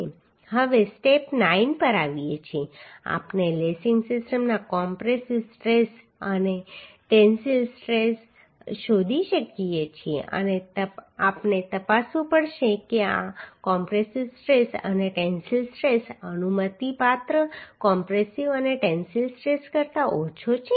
હવે સ્ટેપ 9 પર આવીએ છીએ આપણે લેસિંગ સિસ્ટમના કોમ્પ્રેસિવ સ્ટ્રેસ અને ટેન્સિલ સ્ટ્રેસ શોધી શકીએ છીએ અને આપણે તપાસવું પડશે કે આ કોમ્પ્રેસિવ સ્ટ્રેસ અને ટેન્સિલ સ્ટ્રેસ અનુમતિપાત્ર કોમ્પ્રેસિવ અને ટેન્સિલ સ્ટ્રેસ કરતાં ઓછો છે